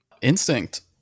Instinct